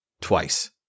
Twice